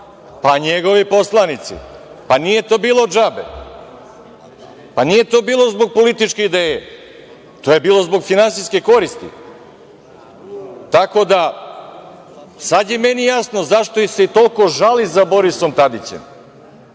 Pa, njegovi poslanici. Nije to bilo džabe. Nije to bilo zbog političke ideje. To je bilo zbog finansijske koristi. Tako da, sad je meni jasno zašto se toliko žali za Borisom Tadićem,